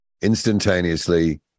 instantaneously